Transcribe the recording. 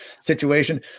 situation